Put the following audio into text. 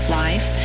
life